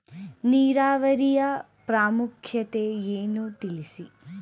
ನೀರಾವರಿಯ ಪ್ರಾಮುಖ್ಯತೆ ಯನ್ನು ತಿಳಿಸಿ?